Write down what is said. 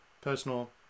personal